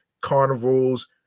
carnivals